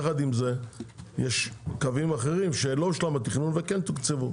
יחד עם זה יש קווים אחרים שלא הושלם התכנון וכן תוקצבו.